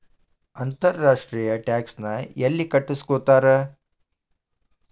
ಅಂತರ್ ರಾಷ್ಟ್ರೇಯ ಟ್ಯಾಕ್ಸ್ ನ ಯೆಲ್ಲಿ ಕಟ್ಟಸ್ಕೊತಾರ್?